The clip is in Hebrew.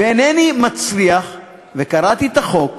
ואינני מצליח, וקראתי את החוק.